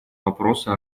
вопроса